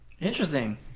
Interesting